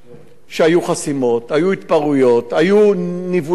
שהיו חסימות, היו התפרעויות, היו ניבולי פה.